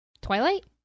twilight